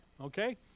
Okay